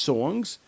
Songs